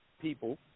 people